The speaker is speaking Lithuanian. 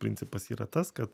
principas yra tas kad